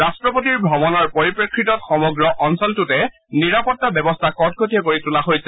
ৰাষ্টপতিৰ ভ্ৰমণৰ পৰিপ্ৰেক্ষিতত সমগ্ৰ অঞ্চলটোতে নিৰাপত্তা ব্যৱস্থা কটকটীয়া কৰি তোলা হৈছে